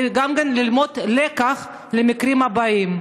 גם כן כדי ללמוד לקח למקרים הבאים,